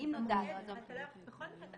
בכל מקרה,